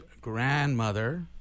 grandmother